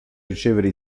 ricevere